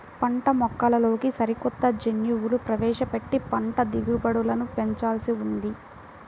పంటమొక్కల్లోకి సరికొత్త జన్యువులు ప్రవేశపెట్టి పంట దిగుబడులను పెంచాల్సి ఉంది